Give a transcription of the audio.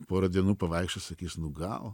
porą dienų pavaikščios sakys nu gal